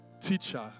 Teacher